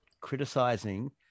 criticizing